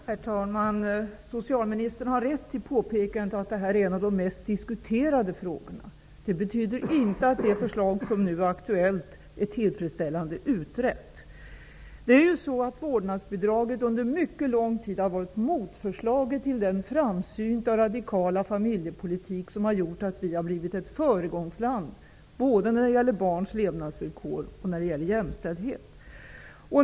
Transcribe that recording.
Herr talman! Socialministern har rätt i påpekandet att detta är en av de mest diskuterade frågorna. Men det betyder inte att det förslag som nu är aktuellt är tillfredsställande utrett. Vårdnadsbidraget har under mycket lång tid varit motförslag till den framsynta radikala familjepolitik som har gjort att vi har blivit ett föregångsland både när det gäller barns levnadsvillkor och när det gäller jämställdhet.